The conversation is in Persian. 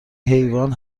حیوان